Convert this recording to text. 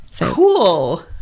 cool